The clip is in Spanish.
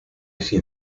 sin